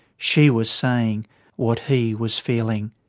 she was saying what he was feeling.